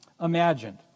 imagined